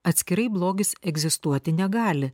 atskirai blogis egzistuoti negali